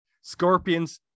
scorpions